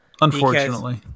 unfortunately